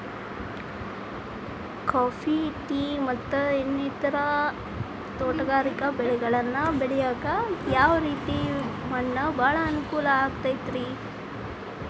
Coffee, tea, ಮತ್ತ ಇನ್ನಿತರ ತೋಟಗಾರಿಕಾ ಬೆಳೆಗಳನ್ನ ಬೆಳೆಯಾಕ ಯಾವ ರೇತಿ ಮಣ್ಣ ಭಾಳ ಅನುಕೂಲ ಆಕ್ತದ್ರಿ?